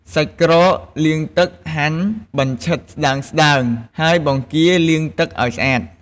សាច់ក្រក លាងទឹកហាន់បញ្ឆិតស្ដើងៗ ហើយ បង្គា លាងទឹកឱ្យស្អាត។